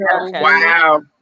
Wow